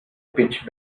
pitch